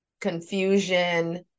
confusion